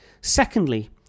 Secondly